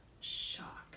shock